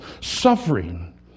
suffering